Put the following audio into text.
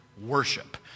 worship